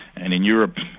and in europe,